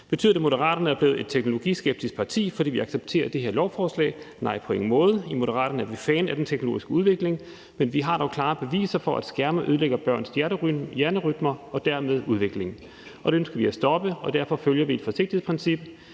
Betyder det, at Moderaterne er blevet et teknologiskeptisk parti, fordi vi accepterer det her lovforslag? Nej, det gør det på ingen måde. I Moderaterne er vi fan af den teknologiske udvikling, men vi har dog klare beviser for, at skærme ødelægger børns hjernerytmer og dermed udvikling, og det ønsker vi at stoppe, og derfor følger vi et forsigtighedsprincip.